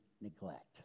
neglect